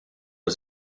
was